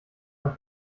man